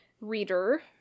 reader